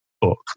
book